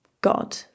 God